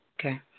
Okay